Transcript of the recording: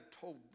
told